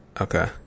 Okay